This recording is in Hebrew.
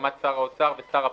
בהסכמת שר האוצר ושר הפנים,